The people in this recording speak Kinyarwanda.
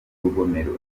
rugomero